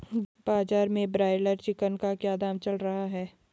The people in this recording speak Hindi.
बाजार में ब्रायलर चिकन का क्या दाम चल रहा है?